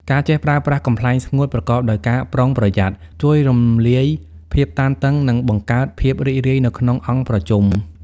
ការចេះប្រើប្រាស់ "កំប្លែងស្ងួត" ប្រកបដោយការប្រុងប្រយ័ត្ន ជួយរំលាយភាពតានតឹង និងបង្កើតភាពរីករាយនៅក្នុងអង្គប្រជុំ។